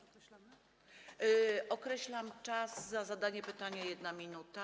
Określam czas na zadanie pytania - 1 minuta.